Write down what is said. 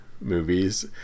movies